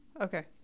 okay